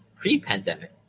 pre-pandemic